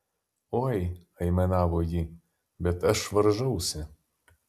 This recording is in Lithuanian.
oi aimanavo ji bet aš varžausi